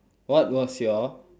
what was your